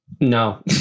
no